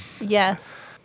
Yes